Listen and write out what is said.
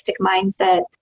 mindset